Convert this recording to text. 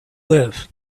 live